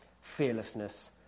fearlessness